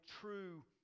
true